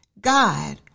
God